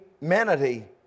humanity